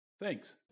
Thanks